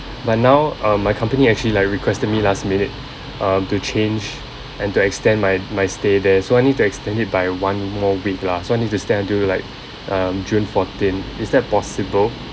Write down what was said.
but now um my company actually like requested me last minute um to change and to extend my my stay there so I need to extend it by one more week lah so I need to extend until like um june fourteen is that possible